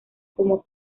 como